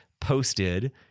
posted